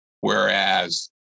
Whereas